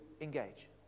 engage